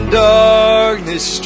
darkness